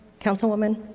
councilwoman,